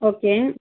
okay